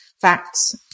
facts